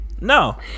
No